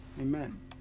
Amen